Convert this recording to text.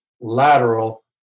lateral